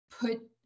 put